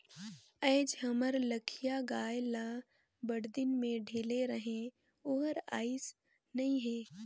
आयज हमर लखिया गाय ल बड़दिन में ढिले रहें ओहर आइस नई हे